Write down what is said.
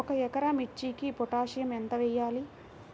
ఒక ఎకరా మిర్చీకి పొటాషియం ఎంత వెయ్యాలి?